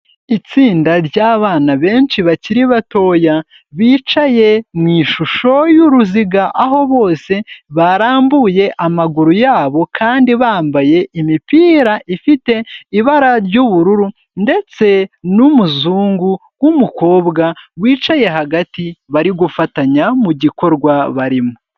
Itsinda ry'abana benshi bakiri batoya bicaye mu ishusho y'uruziga, aho bose barambuye amaguru ya bo kandi bambaye imipira ifite ibara ry'ubururu ndetse n'umuzungu w'umukobwa wicaye hagati bari gufatanya mu gikorwa barimo.